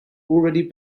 already